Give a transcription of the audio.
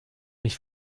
mich